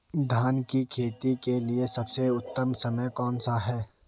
धान की खेती के लिए सबसे उत्तम समय कौनसा है?